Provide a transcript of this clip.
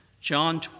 John